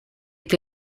est